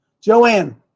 Joanne